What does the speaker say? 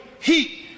heat